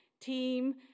team